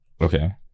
Okay